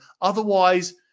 Otherwise